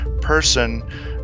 person